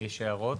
יש הערות?